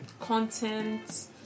content